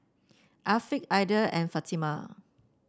Afiqah Aidil and Fatimah